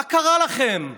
מה קרה לכם?